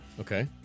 Okay